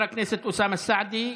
חבר הכנסת אוסאמה סעדי,